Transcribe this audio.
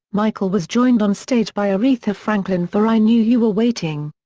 michael was joined on stage by aretha franklin for i knew you were waiting.